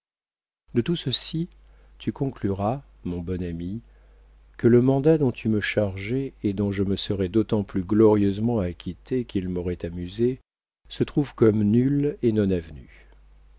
de tout ceci tu concluras mon bon ami que le mandat dont tu me chargeais et dont je me serais d'autant plus glorieusement acquitté qu'il m'aurait amusé se trouve comme nul et non